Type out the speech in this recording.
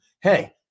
hey